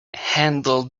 handle